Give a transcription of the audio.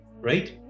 Right